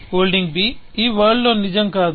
holding b ఈ వరల్డ్లో నిజం కాదు